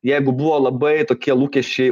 jeigu buvo labai tokie lūkesčiai